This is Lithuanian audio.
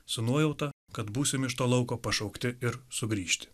su nuojauta kad būsim iš to lauko pašaukti ir sugrįžti